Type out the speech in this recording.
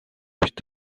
бид